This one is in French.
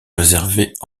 réservait